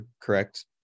Correct